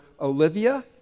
Olivia